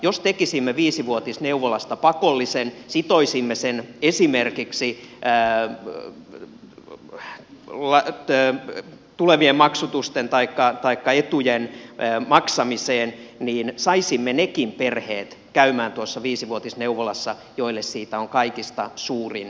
jos tekisimme viisivuotisneuvolasta pakollisen sitoisimme sen esimerkiksi tulevien etujen maksamiseen niin saisimme käymään tuossa viisivuotisneuvolassa nekin perheet joille siitä on kaikista suurin hyöty